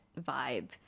vibe